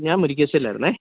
ഞാൻ മുരിക്കാശ്ശേരിയിലായിരുന്നേ